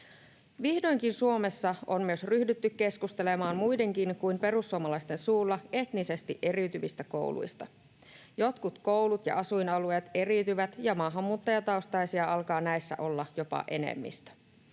Vihdoinkin Suomessa on myös ryhdytty keskustelemaan muidenkin kuin perussuomalaisten suulla etnisesti eriytyvistä kouluista. Jotkut koulut ja asuinalueet eriytyvät, ja maahanmuuttajataustaisia alkaa näissä olla jopa enemmistö.